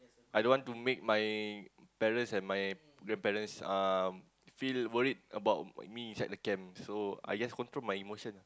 I don't want to make my parents and my grandparents um feel worried about me inside the camp so I just control my emotion